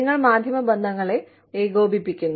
നിങ്ങൾ മാധ്യമ ബന്ധങ്ങളെ ഏകോപിപ്പിക്കുന്നു